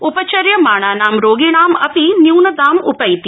उपचर्यमाणानां रोगिणां अपि न्यूनतां उपैति